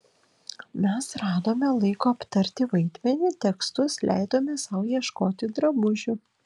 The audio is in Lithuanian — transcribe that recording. mes radome laiko aptarti vaidmenį tekstus leidome sau ieškoti drabužių